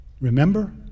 Remember